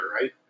right